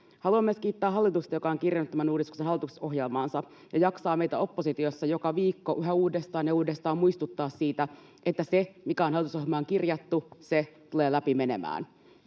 Haluan kiittää myös hallitusta, joka on kirjannut tämän uudistuksen hallitusohjelmaansa ja jaksaa meitä oppositiossa joka viikko yhä uudestaan ja uudestaan muistuttaa siitä, että se, mikä on hallitusohjelmaan kirjattu, tulee läpi menemään.